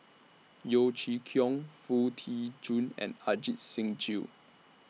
Yeo Chee Kiong Foo Tee Jun and Ajit Singh Gill